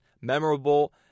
memorable